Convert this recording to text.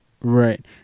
Right